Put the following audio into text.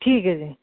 ਠੀਕ ਏ ਜੀ